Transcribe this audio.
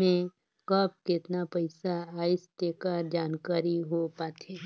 में कब केतना पइसा आइस तेकर जानकारी हो पाथे